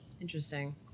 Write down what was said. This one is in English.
Interesting